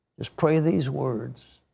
just pray these words.